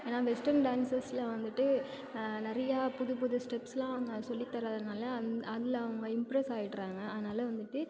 ஏனா வெஸ்டர்ன் டான்ஸஸில் வந்துவிட்டு நிறையா புது புது ஸ்டெப்ஸ் எல்லாம் அவங்க சொல்லி தர்றதுனால அந் அதில் அவங்க இம்ப்ரஸ் ஆயிடுறாங்க அதனால் வந்துவிட்டு